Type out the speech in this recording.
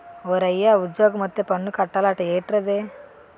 ఓరయ్యా ఉజ్జోగమొత్తే పన్ను కట్టాలట ఏట్రది